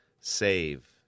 save